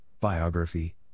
Biography